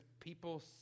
people